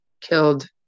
killed